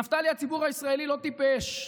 נפתלי, הציבור הישראלי לא טיפש.